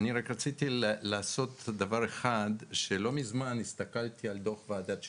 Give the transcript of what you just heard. רציתי לעשות דבר אחד והוא שלא מזמן הסתכלתי על דוח ועדת ששינסקי,